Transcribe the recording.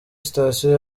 sitasiyo